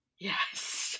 yes